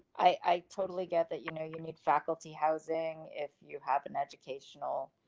i, i totally get that, you know, you need faculty housing if you have an educational.